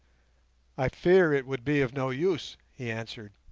i fear it would be of no use he answered.